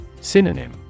Synonym